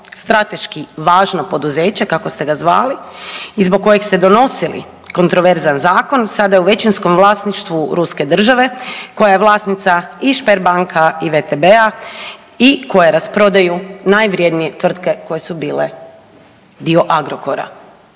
strateški važno poduzeće kako ste ga zvali i zbog kojeg ste donosili kontraverzan zakon sada je u većinskom vlasništvu Ruske države koja je vlasnica i Spar banka i WTB-a i koje rasprodaju najvrednije tvrtke koje su bile dio Agrokora.